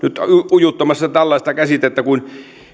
ujuttamassa tällaista käsitettä kuin